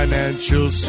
Financial